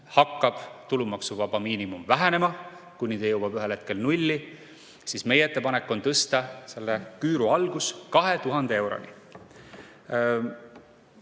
hakkab tulumaksuvaba miinimum vähenema, kuni ta jõuab ühel hetkel nulli, siis meie ettepanek on tõsta selle küüru algus 2000 euroni.